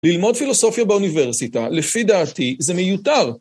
ללמוד פילוסופיה באוניברסיטה, לפי דעתי, זה מיותר.